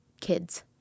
kids